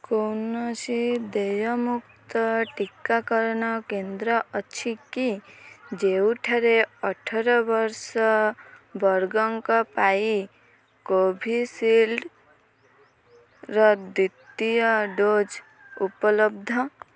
କୌଣସି ଦେୟମୁକ୍ତ ଟିକାକରଣ କେନ୍ଦ୍ର ଅଛି କି ଯେଉଁଠାରେ ଅଠର ବର୍ଷ ବର୍ଗଙ୍କ ପାଇଁ କୋଭିଶିଲ୍ଡ୍ର ଦ୍ୱିତୀୟ ଡୋଜ୍ ଉପଲବ୍ଧ